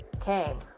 came